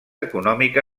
econòmica